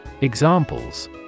Examples